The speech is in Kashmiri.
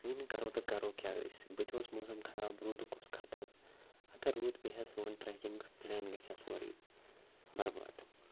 وۄنۍ کَرو تہٕ کَرو کیٛاہ أسۍ بٕتھِ اوس موسم خراب روٗدُک اوس خطرٕ اگر روٗد پیٚیہِ ہہ سون ٹرٛیکِنٛگ پلین گژھِ ہا سورُے بَرباد